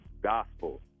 gospel